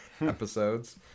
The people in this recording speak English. episodes